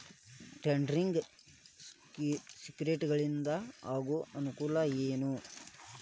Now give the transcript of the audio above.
trading ಸೆಕ್ಯುರಿಟಿಗಳಿಂದ ಆಗೋ ಅನುಕೂಲ ಏನ